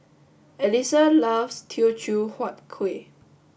Elisa loves Teochew Huat Kueh